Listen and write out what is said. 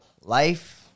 Life